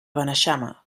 beneixama